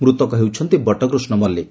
ମୃତକ ହେଉଛନ୍ତି ବଟକୃଷ୍ ମଲ୍କିକ